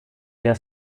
der